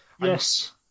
yes